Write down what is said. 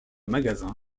magasin